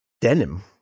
denim